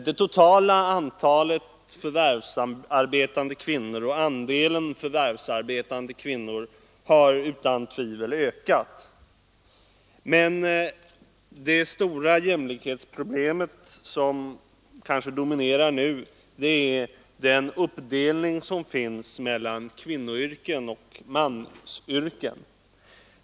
Det totala antalet förvärvsarbetande kvinnor och andelen förvärvsarbetande kvinnor har utan tvivel ökat. Men det stora jämlikhetsproblem som kanske dominerar nu är den uppdelning som finns mellan kvinnoyrken och manliga yrken.